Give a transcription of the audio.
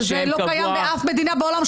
שזה לא קיים בשום מדינה בעולם.